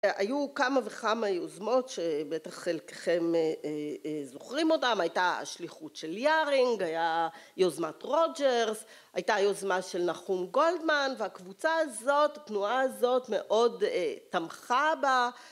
היו כמה וכמה יוזמות שבטח חלקכם זוכרים אותם, הייתה השליחות של יארינג, הייתה יוזמת רוג'רס, הייתה יוזמה של נחום גולדמן והקבוצה הזאת, התנועה הזאת מאוד תמכה בה